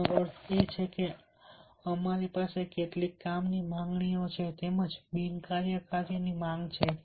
તેનો અર્થ એ કે અમારી પાસે કેટલીક કામની માંગણીઓ તેમજ બિન કાર્યની માંગ છે